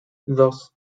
dos